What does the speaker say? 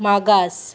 मागास